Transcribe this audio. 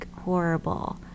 horrible